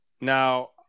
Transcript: Now